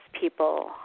people